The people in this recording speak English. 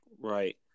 Right